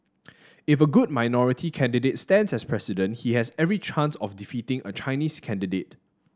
if a good minority candidate stands as President he has every chance of defeating a Chinese candidate